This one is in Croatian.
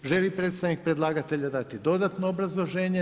Želi li predstavnik predlagatelja dati dodatno obrazloženje?